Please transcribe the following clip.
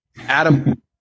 Adam